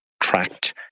tract